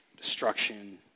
destruction